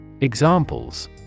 Examples